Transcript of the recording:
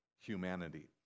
humanity